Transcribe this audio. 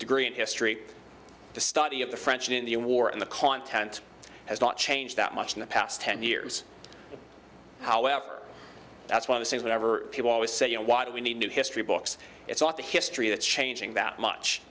degree in history the study of the french and indian war in the content has not changed that much in the past ten years however that's one of the things that ever people always say you know why do we need new history books it's not the history that's changing that much